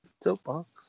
Soapbox